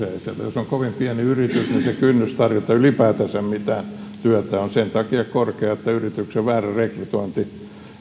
jos on kovin pieni yritys niin kynnys tarjota ylipäätänsä mitään työtä on sen takia korkea että yrityksen väärä rekrytointi